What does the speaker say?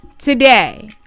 Today